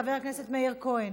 חבר הכנסת מאיר כהן,